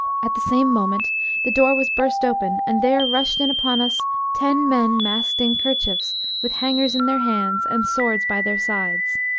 at the same moment the door was burst open and there rushed in upon us ten men masked in kerchiefs with hangers in their hands and swords by their sides,